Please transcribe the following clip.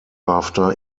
after